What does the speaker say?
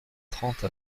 trente